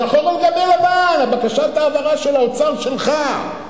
שחור על גבי לבן, בקשת העברה של האוצר שלך.